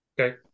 Okay